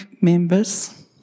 members